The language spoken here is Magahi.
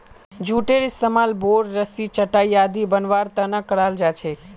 जूटेर इस्तमाल बोर, रस्सी, चटाई आदि बनव्वार त न कराल जा छेक